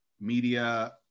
media